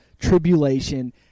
tribulation